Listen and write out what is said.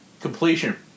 completion